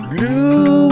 Blue